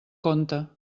compte